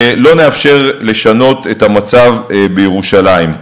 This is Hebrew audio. לא נאפשר לשנות את המצב בירושלים.